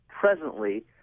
presently